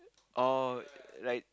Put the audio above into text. orh like